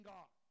God